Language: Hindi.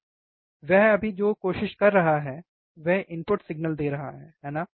तो वह अभी जो कोशिश कर रहा है वह इनपुट सिग्नल दे रहा है है ना